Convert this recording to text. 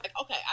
okay